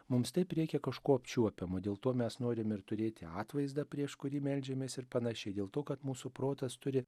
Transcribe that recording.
mums taip reikia kažko apčiuopiamo dėl to mes norim ir turėti atvaizdą prieš kurį meldžiamės ir panašiai dėl to kad mūsų protas turi